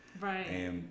Right